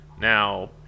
Now